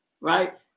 right